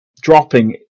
dropping